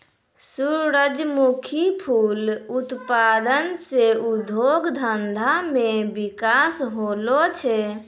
सुरजमुखी फूल उत्पादन से उद्योग धंधा मे बिकास होलो छै